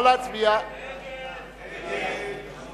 הצעת סיעות רע"ם-תע"ל חד"ש בל"ד להביע אי-אמון